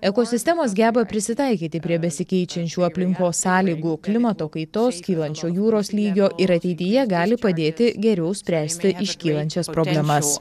ekosistemos geba prisitaikyti prie besikeičiančių aplinkos sąlygų klimato kaitos kylančio jūros lygio ir ateityje gali padėti geriau spręsti iškylančias problemas